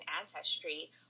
ancestry